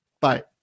Bye